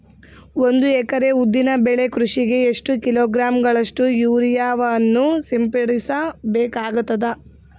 ಒಂದು ಎಕರೆ ಉದ್ದಿನ ಬೆಳೆ ಕೃಷಿಗೆ ಎಷ್ಟು ಕಿಲೋಗ್ರಾಂ ಗಳಷ್ಟು ಯೂರಿಯಾವನ್ನು ಸಿಂಪಡಸ ಬೇಕಾಗತದಾ?